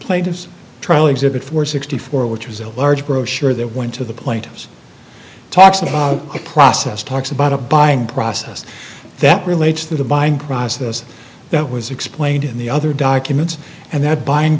plaintiff's exhibit four sixty four which was a large brochure that went to the plaintiffs talks about the process talks about a buying process that relates to the buying process that was explained in the other documents and that buying